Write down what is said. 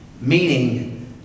meaning